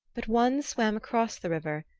but one swam across the river,